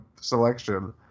selection